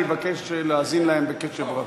אני מבקש להאזין להם בקשב רב.